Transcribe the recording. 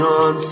on